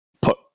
put